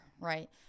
right